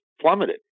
plummeted